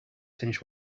finished